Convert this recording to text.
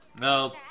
No